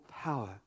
power